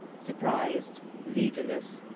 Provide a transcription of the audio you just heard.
surprised, leader-less,